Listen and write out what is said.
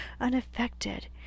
unaffected